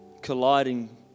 colliding